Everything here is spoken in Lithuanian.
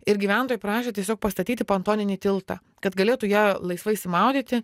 ir gyventojai prašė tiesiog pastatyti pontoninį tiltą kad galėtų jie laisvai išsimaudyti